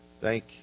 Thank